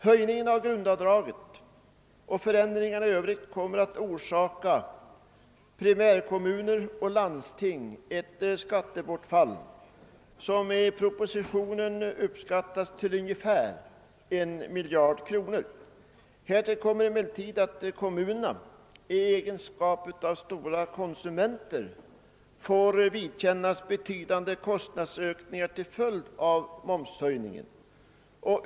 Höjningen av grundavdraget och förändringarna i övrigt kommer att förorsaka primärkommuner och landsting ett skattebortfall, som i propositionen uppskattas till ungefär 1 miljard kronor. Härutöver får kommunerna i egenskap av stora konsumenter vidkännas betydande kostnadsökningar till följd av momshöjningen.